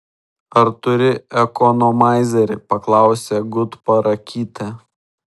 ar turi ekonomaizerį paklausė gutparakytė